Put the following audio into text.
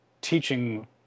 teaching